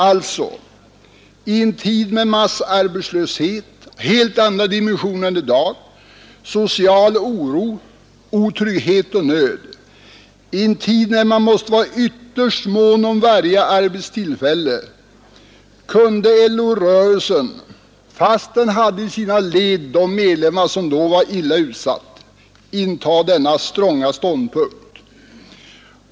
Alltså i en tid med massarbetslöshet av helt andra dimensioner än i dag, social oro och otrygghet och nöd, i en tid när man måste vara ytterst mån om varje arbetstillfälle, kunde LO-rörelsen fast den hade i sina led de medlemmar som då var illa utsatta, inta denna stronga ståndpunkt.